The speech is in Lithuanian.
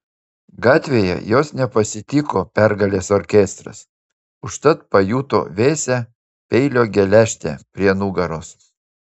gatvėje jos nepasitiko pergalės orkestras užtat pajuto vėsią peilio geležtę prie nugaros